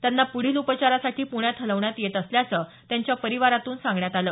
त्यांना पुढील उपचारासाठी पुण्यात हलवण्यात येत असल्याचं त्यांच्या परीवारातून सांगण्यात आलं